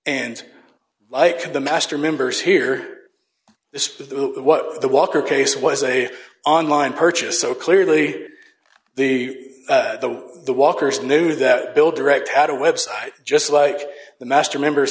and like the master members here this is the what of the walker case was a online purchase so clearly the the the walkers knew that bill direct had a website just like the master members